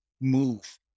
move